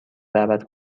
دعوت